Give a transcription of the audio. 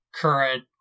current